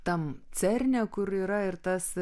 tam cerne kur yra ir tas